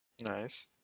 Nice